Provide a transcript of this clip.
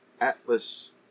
Atlas